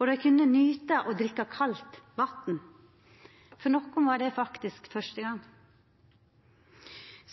og kunne nyta det å drikka kaldt vatn. For nokre var det faktisk fyrste gong!